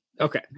okay